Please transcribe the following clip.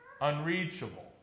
unreachable